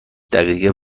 دقیقه